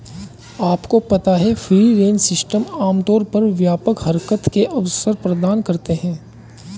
आपको पता है फ्री रेंज सिस्टम आमतौर पर व्यापक हरकत के अवसर प्रदान करते हैं?